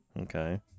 okay